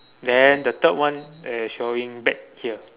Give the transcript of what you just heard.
then the third one eh showing back here